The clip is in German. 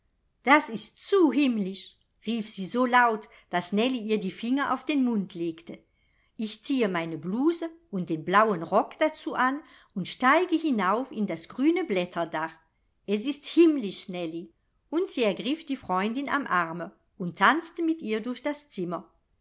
das ist zu himmlisch rief sie so laut daß nellie ihr die finger auf den mund legte ich ziehe meine blouse und den blauen rock dazu an und steige hinauf in das grüne blätterdach es ist himmlisch nellie und sie ergriff die freundin am arme und tanzte mit ihr durch das zimmer